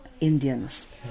Indians